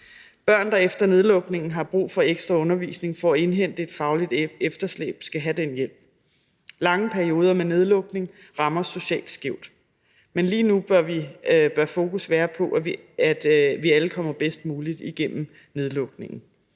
Børn, der efter nedlukningen har brug for ekstraundervisning for at indhente et fagligt efterslæb, skal have den hjælp. Lange perioder med nedlukning rammer socialt skævt, men lige nu bør fokus være på, at alle kommer bedst muligt igennem nedlukningen.